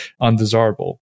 undesirable